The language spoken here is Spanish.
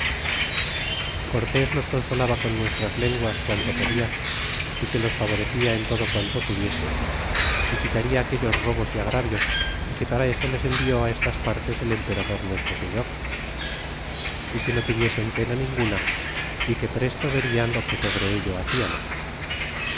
cortés los consolaba con nuestras lenguas quanto podia é que los favorecerla en todo quanto pudiese y quitada aquellos robos y agravios y que para eso les envió estas partes el emperador nuestro señor é que no tuviesen pena ninguna y que presto verían lo que sobre ello